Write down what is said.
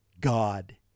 God